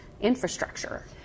infrastructure